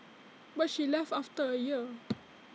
but she left after A year